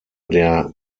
der